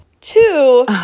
Two